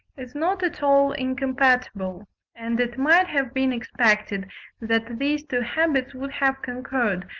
is not at all incompatible and it might have been expected that these two habits would have concurred,